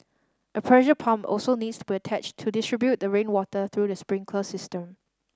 a pressure pump also needs to be attached to distribute the rainwater through the sprinkler system